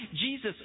Jesus